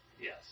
Yes